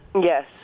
Yes